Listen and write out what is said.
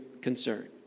concern